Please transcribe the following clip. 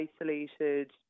isolated